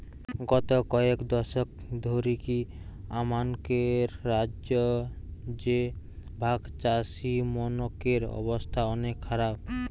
গত কয়েক দশক ধরিকি আমানকের রাজ্য রে ভাগচাষীমনকের অবস্থা অনেক খারাপ